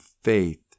faith